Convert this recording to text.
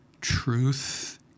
truth